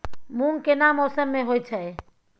मूंग केना मौसम में होय छै?